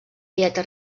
dieta